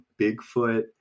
Bigfoot